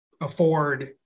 afford